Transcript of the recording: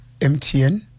MTN